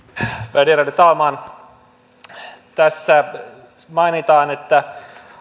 värderade talman tässä mainitaan että